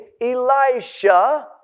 Elisha